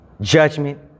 judgment